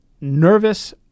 nervous